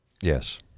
Yes